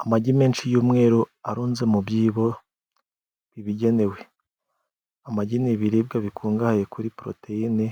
Amagi menshi y'umweru arunze mu byibo bibigenewe. Amagi ni ibiribwa bikungahaye kuri poroteyine